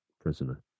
prisoner